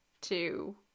two